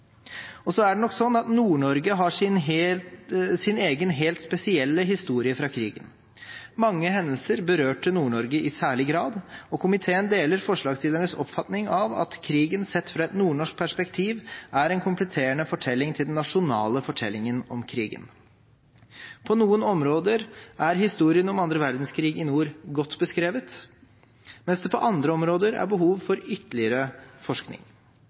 har sin egen helt spesielle historie fra krigen. Mange hendelser berørte Nord-Norge i særlig grad, og komiteen deler forslagsstillernes oppfatning av at krigen, sett fra et nordnorsk perspektiv, er en kompletterende fortelling til den nasjonale fortellingen om krigen. På noen områder er historien om annen verdenskrig i nord godt beskrevet, mens det på andre områder er behov for ytterligere forskning.